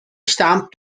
stamp